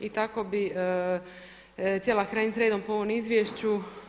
I tako bih htjela krenut redom po ovom izvješću.